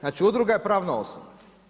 Znači udruga je pravna osoba.